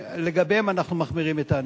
ושלגביהן אנחנו מחמירים את הענישה.